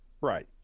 Right